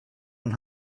and